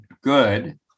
good